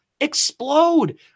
explode